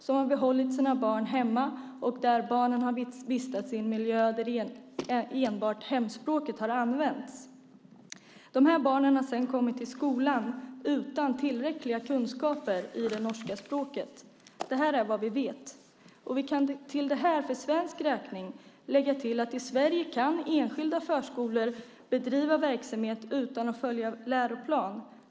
De har behållit sina barn hemma, och barnen har vistats i en miljö där enbart hemspråket har använts. De här barnen har sedan kommit till skolan utan tillräckliga kunskaper i det norska språket. Det är vad vi vet. Till detta kan vi för svensk räkning lägga att i Sverige kan enskilda förskolor bedriva verksamhet utan att följa läroplanen.